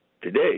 today